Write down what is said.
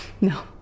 No